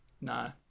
No